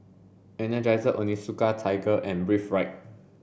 Energizer Onitsuka Tiger and Breathe Right